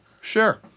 Sure